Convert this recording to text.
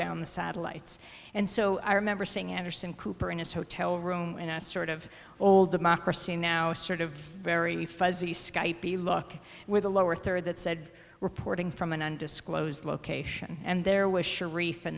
down the satellites and so i remember seeing anderson cooper in his hotel room in a sort of old democracy now sort of very fuzzy sky the look with a lower third that said reporting from an undisclosed location and there was sharif in